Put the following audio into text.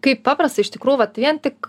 kaip paprasta iš tikrų vat vien tik